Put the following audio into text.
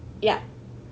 yup